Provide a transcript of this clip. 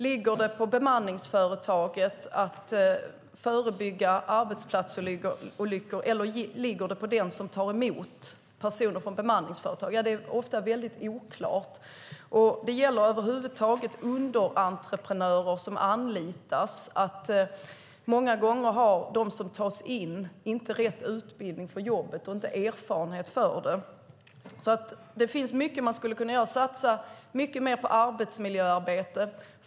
Ligger ansvaret på bemanningsföretaget att förebygga arbetsplatsolyckor, eller ligger det på den som tar emot personer från bemanningsföretag? Ja, det är ofta väldigt oklart. Det gäller över huvud taget när underentreprenörer anlitas att de som tas in många gånger inte har rätt utbildning för jobbet och inte har erfarenhet för det. Det finns mycket man skulle kunna göra. Man kan satsa mycket mer på arbetsmiljöarbetet.